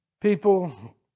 People